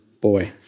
boy